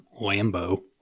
Lambo